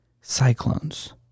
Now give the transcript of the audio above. cyclones